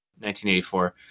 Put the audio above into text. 1984